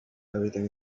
everything